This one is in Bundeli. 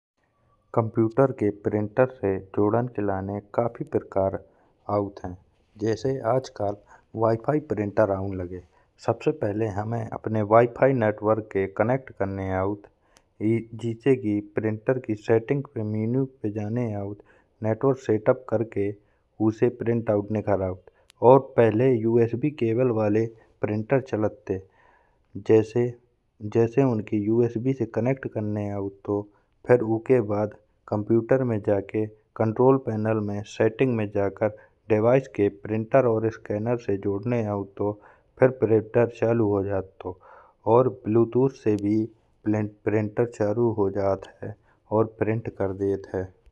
कंप्यूटर से प्रिंटर से जोड़ने के लाने काफी प्रकार के वाईफाई प्रिंटर आन लगे हैं। सबसे पहले हमें अपने वाईफाई नेटवर्क के कनेक्ट करने औत है। जैसे कि प्रिंटर की सेटिंग की मेनू में जाने औत है। नेटवर्क सेटअप करके उसे प्रिंटआउट निकाल औत और पहले यूएसबी केबल वाले प्रिंटर चलते जैसे उनके यूएसबी से कनेक्ट करने औत। तो फिर उसके बाद कंप्यूटर में जाकर कंट्रोल पैनल में सेटिंग में जाकर डिवाइस के प्रिंटर और स्कैनर से जोड़ने औत। तो फिर प्रिंटर चालू हो जात औत और ब्लूटूथ से भी प्रिंटर चालू हो जात है और प्रिंट कर देते हैं।